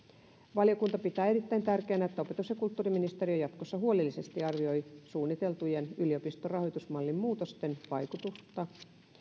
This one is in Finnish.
valiokunta pitää erittäin tärkeänä että opetus ja kulttuuriministeriö jatkossa huolellisesti arvioi suunniteltujen yliopiston rahoitusmallin muutosten